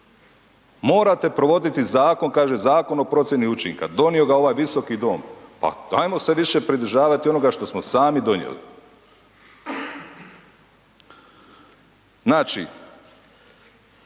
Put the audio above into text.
Morate provoditi zakon, kaže Zakon o procjeni učinka, donio ga ovaj visoki dom, pa ajmo se više pridržavati onoga što smo sami donijeli. Znači,